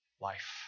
life